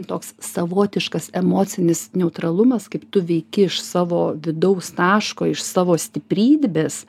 toks savotiškas emocinis neutralumas kaip tu veiki iš savo vidaus taško iš savo stiprybės